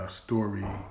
story